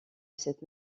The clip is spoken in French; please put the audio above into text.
cette